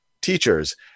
teachers